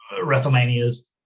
WrestleMania's